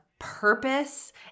purpose